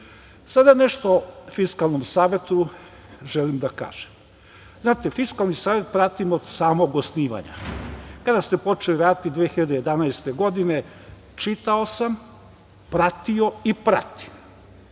nešto Fiskalnom savetu želim da kažem. Znate, Fiskalni savet pratim od samog osnivanja. Kada ste počeli raditi 2011. godine, čitao sam, pratio i pratim.